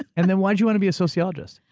and then why did you want to be a sociologist?